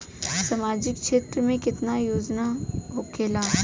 सामाजिक क्षेत्र में केतना योजना होखेला?